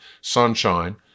sunshine